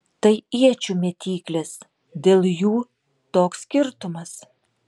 tai iečių mėtyklės dėl jų toks skirtumas